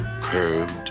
Curved